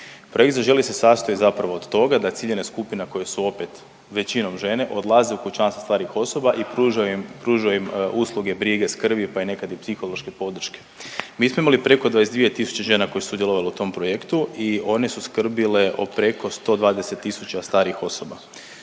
Projekt Zaželi se sastoji zapravo od toga da ciljana skupina, koja su opet većinom žene, odlaze u kućanstva starijih osoba i pružaju im, pružaju im usluge brige, skrbi, pa i nekad i psihološke podrške. Mi smo imali preko 22 tisuće žena koje su sudjelovale u tom projektu i one su skrbile o preko 120 tisuća starijih osoba.